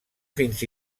fins